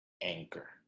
anchor